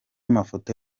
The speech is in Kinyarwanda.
mafoto